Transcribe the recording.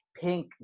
pink